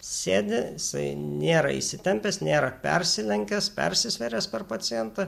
sėdi jisai nėra įsitempęs nėra persilenkęs persisvėręs per pacientą